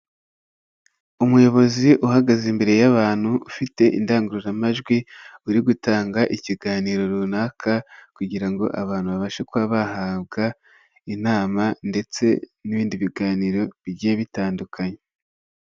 Umuyobozi uhagaze imbere y'abantu ufite indangururamajwi uri gutanga ikiganiro runaka kugira ngo abantu babashe kuba bahabwa inama ndetse n'ibindi biganiro bigiye bitandukanye.